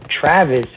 Travis